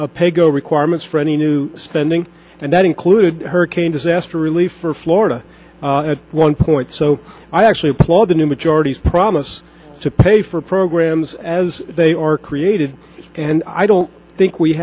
pay go requirements for any new spending and that included hurricane disaster relief for florida at one point so i actually applaud the new majority's promise to pay for programs as they are created and i don't think we